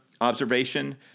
observation